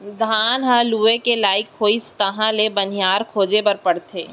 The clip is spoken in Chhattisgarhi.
धान ह लूए के लइक होइस तहाँ ले बनिहार खोजे बर परथे